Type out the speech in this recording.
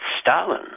Stalin